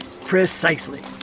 Precisely